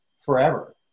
Forever